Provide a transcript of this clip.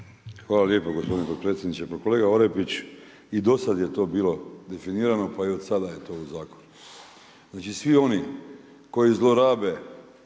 Hvala lijepo gospodine potpredsjedniče. Pa kolega Orepić i do sada je to bilo definirano pa i od sada je to u zakonu. Znači svi oni koji zlorabe